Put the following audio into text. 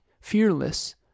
fearless